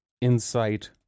insight